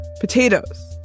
Potatoes